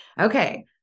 okay